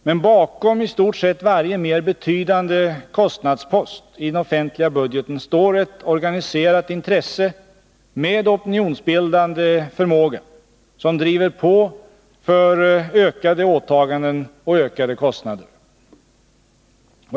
Men bakom i stort sett varje mer betydande kostnadspost i den offentliga budgeten står ett organiserat intresse med opinionsbildande förmåga, som driver på för ökade åtaganden och ökade kostnader.